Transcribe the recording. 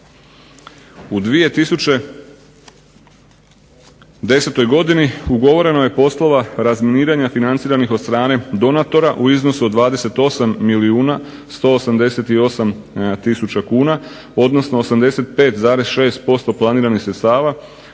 U 2010. godini ugovoreno je poslova razminiranja financiranih od strane donatora u iznosu od 28 milijuna 188000 kuna, odnosno 85,6% planiranih sredstava